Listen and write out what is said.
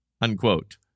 unquote